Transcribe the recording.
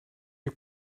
you